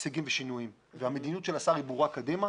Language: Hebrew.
הישגים ושינויים והמדיניות של השר היא ברורה קדימה